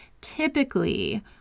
Typically